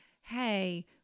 Hey